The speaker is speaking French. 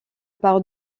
par